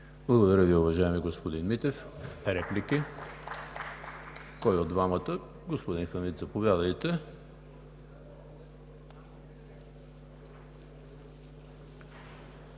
Благодаря Ви, уважаеми господин Митев. Реплики? Господин Хамид, заповядайте.